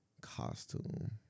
costume